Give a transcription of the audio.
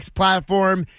platform